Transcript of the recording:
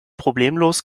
problemlos